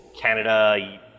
Canada